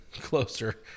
closer